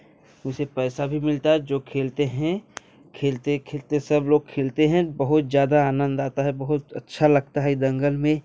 उसे पैसा भी मिलता है जो खेलते हैं खेलते खेलते सब लोग खेलते हैं बहुत ज़्यादा आनंद आता है बहुत अच्छा लगता है दंगल में